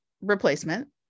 replacement